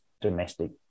domestic